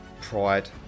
Pride